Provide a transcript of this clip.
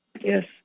Yes